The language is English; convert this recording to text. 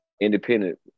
independent